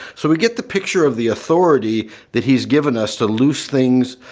so we get the picture of the authority that he's given us to loose things,